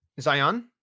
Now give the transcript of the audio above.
Zion